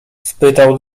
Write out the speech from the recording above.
spytał